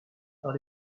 par